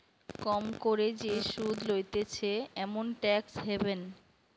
কম করে যে সুধ লইতেছে এমন ট্যাক্স হ্যাভেন